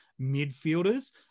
midfielders